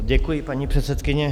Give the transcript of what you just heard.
Děkuji, paní předsedkyně.